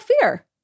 fear